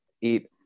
eat